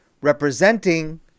representing